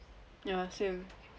ya same